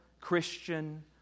Christian